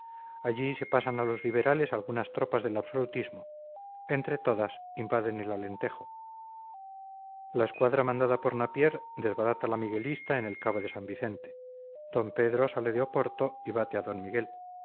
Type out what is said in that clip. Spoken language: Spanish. allí se pasan a los liberales algunas tropas del absolutismo entre todas invaden el alentejo la escuadra mandada por napier desbarata la miguelista en el cabo de san vicente d pedro sale de oporto y bate a d miguel